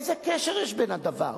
איזה קשר יש בין הדברים?